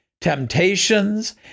Temptations